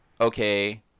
okay